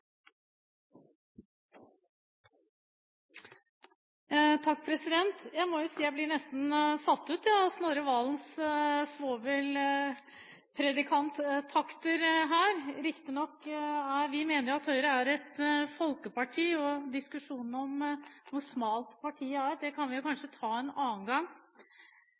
Jeg må si at jeg nesten ble satt ut av Snorre Serigstad Valen sine svovelpredikanttakter her. Vi mener at Høyre er et folkeparti, og diskusjonen om hvor smalt partiet er, kan vi kanskje ta en annen gang.